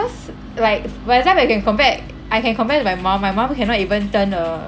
cause like where the time I can compare I can compare to my mum my mum cannot even turn a